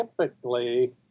typically